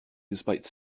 despite